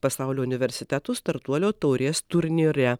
pasaulio universitetų startuolio taurės turnyre